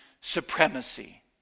supremacy